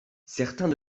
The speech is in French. certains